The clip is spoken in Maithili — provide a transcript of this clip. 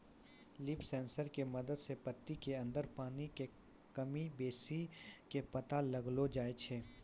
लीफ सेंसर के मदद सॅ पत्ती के अंदर पानी के कमी बेसी के पता लगैलो जाय छै